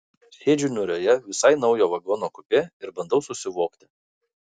sėdžiu niūrioje visai naujo vagono kupė ir bandau susivokti